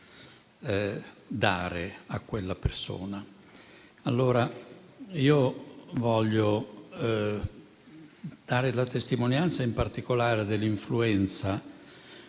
dare a quella persona. Voglio dare la testimonianza, in particolare, dell'influenza